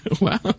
Wow